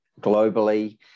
globally